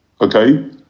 Okay